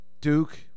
Duke